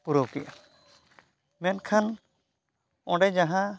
ᱯᱩᱨᱟᱹᱣ ᱠᱮᱜᱼᱟ ᱢᱮᱱᱠᱷᱟᱱ ᱚᱸᱰᱮ ᱡᱟᱦᱟᱸ